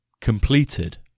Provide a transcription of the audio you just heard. completed